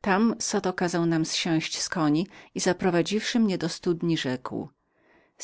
tam zoto kazał nam zsiąść z koni i zaprowadziwszy mnie do studni rzekł